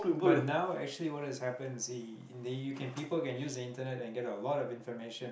but now actually what has happen you see in the you can people can use the internet and get a lot of information